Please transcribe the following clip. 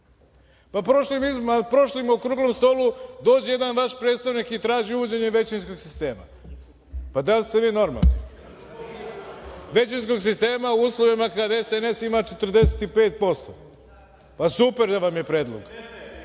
Na prošlom okruglom stolu dođe jedan vaš predstavnik i traži uvođenje većinskog sistema. Pa, da li ste vi normalni? Većinskog sistema u uslovima kada SNS ima 45%. Pa, super vam je predlog.